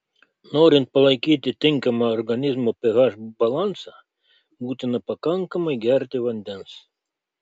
norint palaikyti tinkamą organizmo ph balansą būtina pakankamai gerti vandens